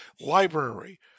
library